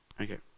Okay